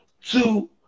Two